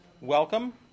welcome